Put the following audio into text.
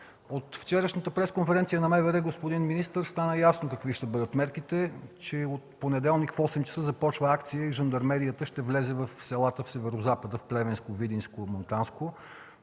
От вчерашната пресконференция на МВР, господин министър, стана ясно какви ще бъдат мерките – че от понеделник в 8,00 часа започна акция и жандармерията ще влезе в селата в Северозапада – в Плевенско, Видинско и Монтанско.